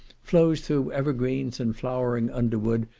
flows through evergreens and flowering underwood,